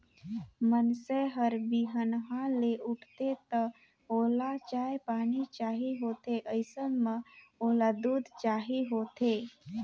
मइनसे हर बिहनहा ले उठथे त ओला चाय पानी चाही होथे अइसन म ओला दूद चाही होथे